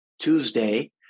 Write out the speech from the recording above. Tuesday